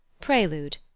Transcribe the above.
Prelude